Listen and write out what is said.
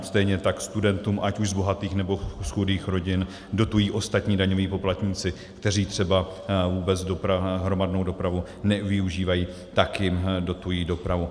Stejně tak studentům, ať už z bohatých, nebo z chudých rodin, dotují ostatní daňoví poplatníci, kteří třeba vůbec hromadnou dopravu nevyužívají, tak jim dotují dopravu.